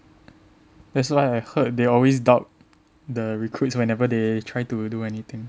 that's what I heard they always doubt the recruits whenever they try to do anything